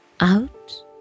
out